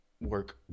work